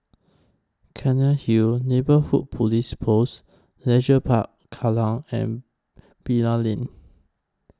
Cairnhill Neighbourhood Police Post Leisure Park Kallang and Bilal Lane